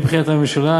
הן מבחינת הממשלה,